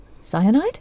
Cyanide